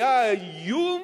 היה האיום